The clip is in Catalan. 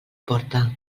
porta